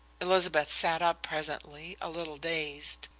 elizabeth sat up presently, a little dazed.